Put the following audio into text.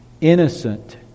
innocent